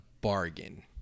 bargain